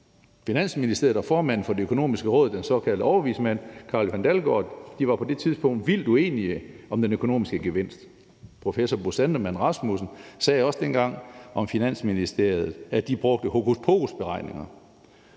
Finansministeriet og formanden for De Økonomiske Råd, den såkaldte overvismand, Carl-Johan Dalgaard, var på det tidspunkt vildt uenige om den økonomiske gevinst. Professor Bo Sandemann Rasmussen sagde også dengang om Finansministeriet, at de brugte hokuspokusberegninger.